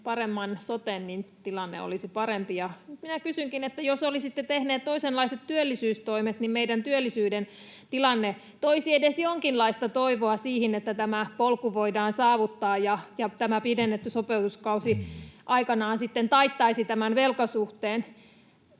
paremman soten, tilanne olisi parempi. Nyt toteankin, että jos olisitte tehneet toisenlaiset työllisyystoimet, niin meidän työllisyyden tilanne toisi edes jonkinlaista toivoa siihen, että tämä polku voidaan saavuttaa ja tämä pidennetty sopeutuskausi aikanaan sitten taittaisi velkasuhteen.